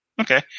Okay